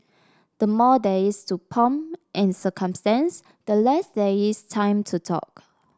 the more there is to pomp and circumstance the less there is time to talk